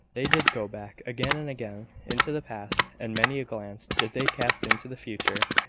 they did go back, again and again, into the past and many a glance did they cast into the future.